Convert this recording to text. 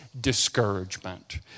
discouragement